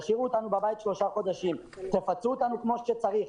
תשאירו אותנו בבית שלושה חודשים ותפצו אותנו כמו שצריך.